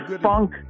funk